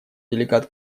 делегат